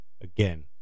Again